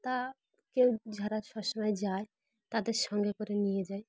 তা কেউ যারা সবসময় যায় তাদের সঙ্গে করে নিয়ে যায়